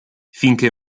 finché